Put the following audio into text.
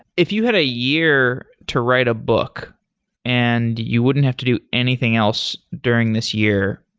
if you had a year to write a book and you wouldn't have to do anything else during this year,